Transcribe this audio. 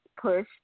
push